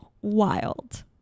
wild